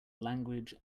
language